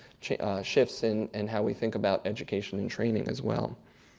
shifts in and how we think about education and training as well.